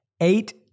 eight